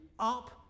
up